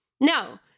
No